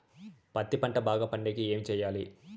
పత్తి పంట బాగా పండే కి ఏమి చెయ్యాలి?